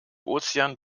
ozean